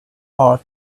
are